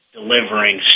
delivering